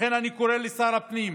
לכן, אני קורא לשר הפנים: